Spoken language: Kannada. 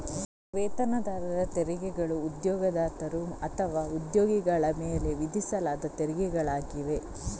ವೇತನದಾರರ ತೆರಿಗೆಗಳು ಉದ್ಯೋಗದಾತರು ಅಥವಾ ಉದ್ಯೋಗಿಗಳ ಮೇಲೆ ವಿಧಿಸಲಾದ ತೆರಿಗೆಗಳಾಗಿವೆ